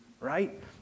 right